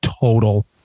total